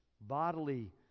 bodily